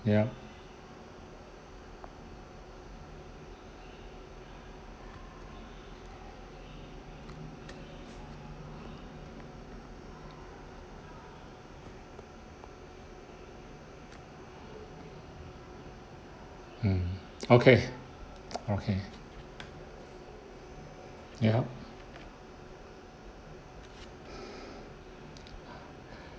yup mm okay okay yup